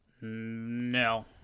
No